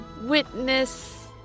witness